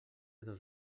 dos